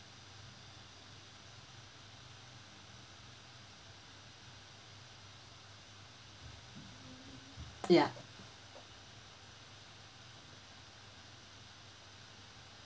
ya